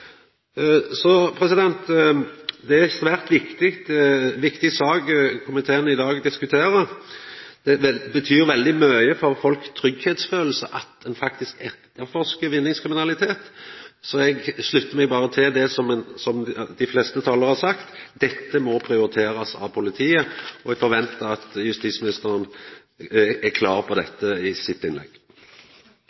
Det er ei svært viktig sak komiteen i dag diskuterer. Det betyr veldig mykje for folks tryggleikskjensle at ein faktisk etterforskar vinningskriminalitet. Så eg sluttar meg berre til det som dei fleste talarane har sagt: Dette må prioriterast av politiet, og eg ventar at justisministeren er klar på